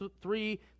three